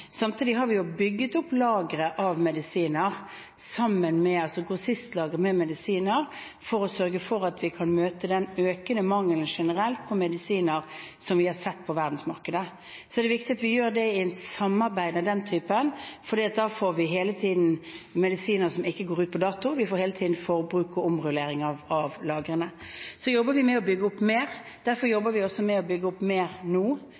Samtidig har vi bygget opp lageret av medisiner, sammen med grossistlageret med medisiner, for å sørge for at vi kan møte den økende mangelen generelt på medisiner, som vi har sett på verdensmarkedet. Så er det viktig at vi gjør det i et samarbeid av den typen, for da får vi hele tiden medisiner som ikke går ut på dato, og vi får hele tiden forbruk og rullering av lagrene. Så jobber vi med å bygge opp mer. Derfor jobber vi også med å bygge opp mer nå,